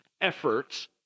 efforts